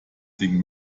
ding